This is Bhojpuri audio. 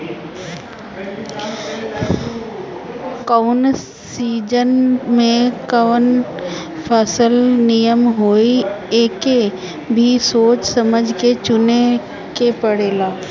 कवना सीजन में कवन फसल निमन होई एके भी सोच समझ के चुने के पड़ेला